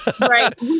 right